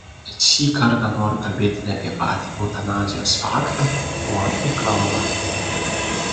bet šį kartą noriu kalbėti ne apie patį eutanazijos faktą o apie kalbą